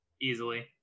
easily